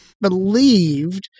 believed